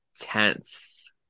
Tense